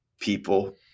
people